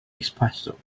espresso